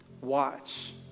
Watch